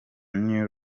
new